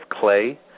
clay